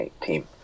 team